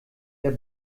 der